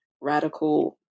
radical